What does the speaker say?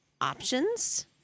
options